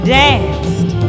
danced